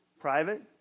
Private